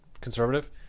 conservative